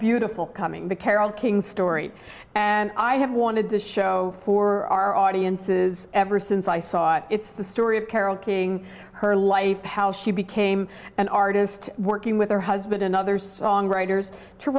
beautiful coming the carole king story and i have wanted to show for our audiences ever since i saw it it's the story of carole king her life how she became an artist working with her husband and other songwriters to